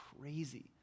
crazy